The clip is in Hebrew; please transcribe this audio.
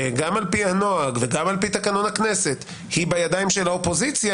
שגם על פי הנוהג וגם על פי תקנון הכנסת היא בידיים של האופוזיציה,